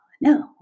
no